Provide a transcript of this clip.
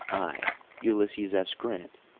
i, ulysses s. grant,